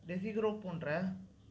டெஸிக்ரோ போன்ற